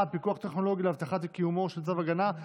(פיקוח טכנולוגי להבטחת קיומו של צו הגנה,